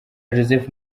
joseph